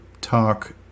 Talk